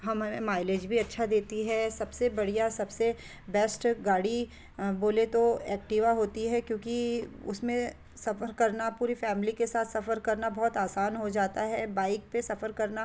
हमारे माइलेज भी अच्छा देती है सबसे बढ़िया सबसे बेस्ट गाड़ी बोले तो ऐक्टिवा होती है क्योंकि उसमें सफ़र करना पूरी फ़ैमली के साथ सफ़र करना बहुत आसान हो जाता है बाइक पे सफ़र करना